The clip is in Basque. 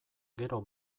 gero